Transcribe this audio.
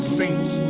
saints